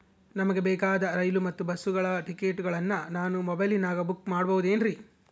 ನಮಗೆ ಬೇಕಾದ ರೈಲು ಮತ್ತ ಬಸ್ಸುಗಳ ಟಿಕೆಟುಗಳನ್ನ ನಾನು ಮೊಬೈಲಿನಾಗ ಬುಕ್ ಮಾಡಬಹುದೇನ್ರಿ?